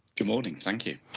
good morning, thank you.